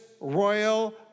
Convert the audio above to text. royal